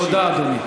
תודה, אדוני.